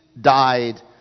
died